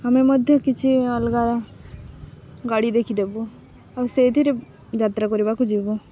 ଆମେ ମଧ୍ୟ କିଛି ଅଲଗା ଗାଡ଼ି ଦେଖିଦେବୁ ଆଉ ସେଇଥିରେ ଯାତ୍ରା କରିବାକୁ ଯିବୁ